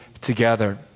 together